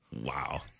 Wow